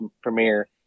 premiere